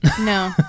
No